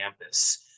campus